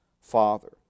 Father